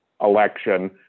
election